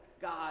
God